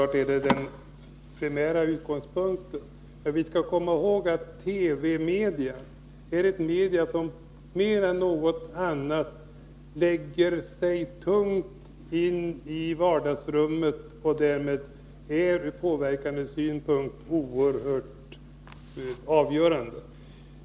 Det är den primära utgångspunkten, men vi skall komma ihåg att TV-mediet är ett medium som mer än något annat lägger sig tungt inne i vardagsrummen och därmed är ur påverkandesynpunkt oerhört avgörande.